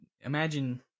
imagine